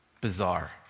bizarre